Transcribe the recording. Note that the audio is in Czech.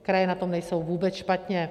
Kraje na tom nejsou vůbec špatně.